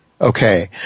Okay